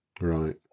Right